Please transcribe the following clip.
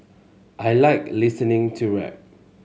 I like listening to rap